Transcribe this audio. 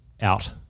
out